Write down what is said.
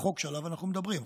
החוק שעליו אנחנו מדברים,